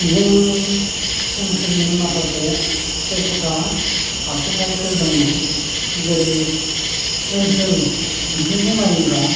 जोंनि ओनसोलनि माखासे एखुथा आखुथायफोर दङ जेरै ओनसोल बिथिंखौ नायोबा